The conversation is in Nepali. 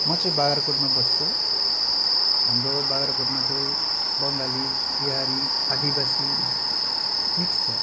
म चाहिँ बाग्राकोटमा बस्छु हाम्रो बाग्राकोटमा चाहिँ बङ्गाली बिहारी आदिवासी मिक्स छ